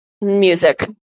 music